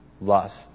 Lust